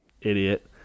idiot